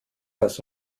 das